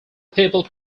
people